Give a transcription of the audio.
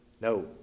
No